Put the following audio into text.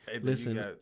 Listen